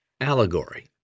allegory